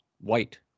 white